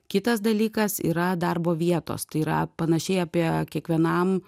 kitas dalykas yra darbo vietos tai yra panašiai apie kiekvienam